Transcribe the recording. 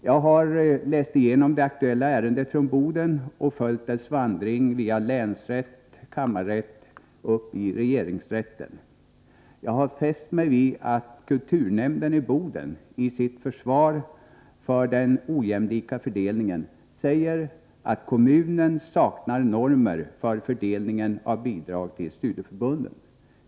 Jag har läst igenom det aktuella ärendet från Boden och följt dess vandring via länsrätt, kammarrätt och upp i regeringsrätten. Jag har fäst mig vid att kulturnämnden i Boden i sitt försvar för den ojämlika fördelningen säger att kommunen saknar normer för fördelningen av bidrag till studieförbunden.